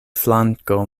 flanko